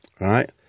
Right